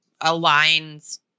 aligns